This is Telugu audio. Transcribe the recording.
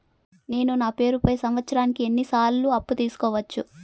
నేను నా పేరుపై సంవత్సరానికి ఎన్ని సార్లు అప్పు తీసుకోవచ్చు?